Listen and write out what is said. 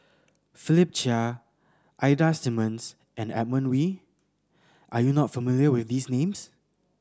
Philip Chia Ida Simmons and Edmund Wee are you not familiar with these names